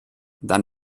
dann